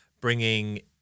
bringing